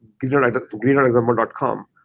green.example.com